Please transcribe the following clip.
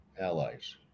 allies